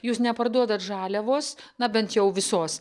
jūs neparduodat žaliavos na bent jau visos